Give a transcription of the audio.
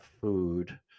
food